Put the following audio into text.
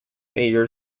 major